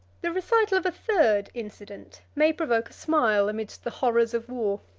the recital of a third incident may provoke a smile amidst the horrors of war.